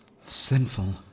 sinful